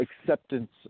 acceptance